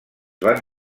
van